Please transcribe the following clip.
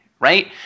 Right